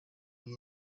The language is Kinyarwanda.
wari